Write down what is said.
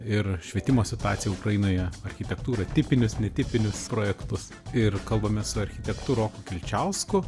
ir švietimo situaciją ukrainoje architektūrą tipinius netipinius projektus ir kalbame su architektu roku kilčiausku